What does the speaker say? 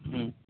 হুম